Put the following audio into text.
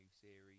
series